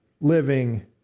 living